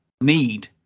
need